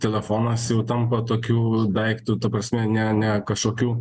telefonas jau tampa tokiu daiktu ta prasme ne ne kažkokiu